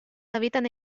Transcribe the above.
habitan